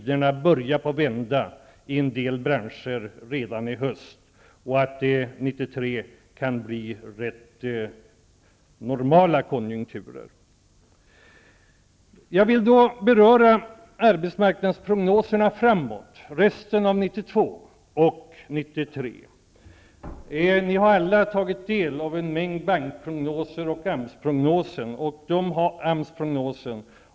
Det börjar vända i en del branscher redan till hösten, och 1993 kan det bli rätt normala konjunkturer. Sedan vill jag beröra arbetsmarknadsprognoserna för resten av 1992 och för 1993. Ni har alla tagit del av en mängd bankprognoser och av AMS prognosen.